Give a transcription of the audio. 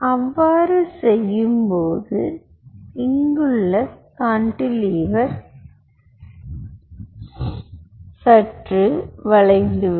அவ்வாறு செய்யும்போது இங்குள்ள கான்டிலீவர் சற்று வளைந்துவிடும்